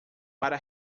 para